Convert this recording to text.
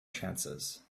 chances